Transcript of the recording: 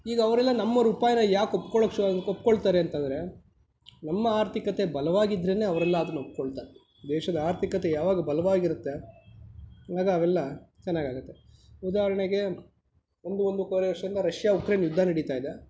ಈಗ ಅವರೆಲ್ಲ ನಮ್ಮ ರೂಪಯನ್ನ ಏಕೆ ಒಪ್ಕೊಳ್ಳೋಕೆ ಸ್ಟಾರ್ಟ್ ಒಪ್ಕೋಳ್ತಾರೆ ಅಂತ ಅಂದರೆ ನಮ್ಮ ಆರ್ಥಿಕತೆ ಬಲವಾಗಿದ್ರೆನೆ ಅವರೆಲ್ಲ ಅದನ್ನ ಒಪ್ಕೊಳ್ತಾರೆ ದೇಶದ ಆರ್ಥಿಕತೆ ಯಾವಾಗ ಬಲವಾಗಿರುತ್ತೆ ಆಗ ಅವೆಲ್ಲ ಚೆನ್ನಗಾಗುತ್ತೆ ಉದಾಹರಣೆಗೆ ಒಂದು ಒಂದು ವರೆ ವರ್ಷದಿಂದ ಯುಕ್ರೇನ್ ರಷ್ಯಾ ಯುದ್ಧ ನಡೀತಾಯಿದೆ